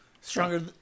Stronger